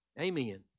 Amen